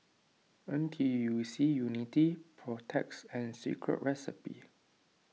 N T U C Unity Protex and Secret Recipe